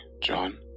John